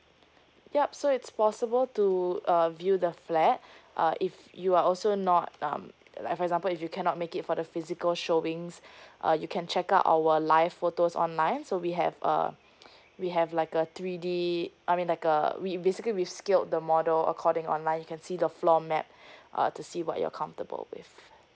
yup so it's possible to uh view the flat uh if you are also not um like for example if you cannot make it for the physical showings uh you can check out our life photos online so we have uh we have like a three D I mean like uh we basically we scaled the model according online can see the floor map uh to see what your comfortable with